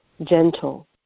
gentle